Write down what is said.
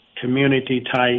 community-type